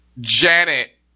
Janet